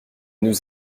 nous